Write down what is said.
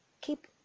keep